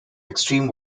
extreme